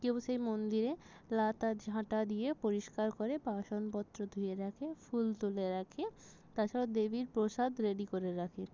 কেউ সেই মন্দিরে লাতা ঝাঁটা দিয়ে পরিষ্কার করে বাসনপত্র ধুয়ে রাখে ফুল তুলে রাখে তাছাড়াও দেবীর প্রসাদ রেডি করে রাখে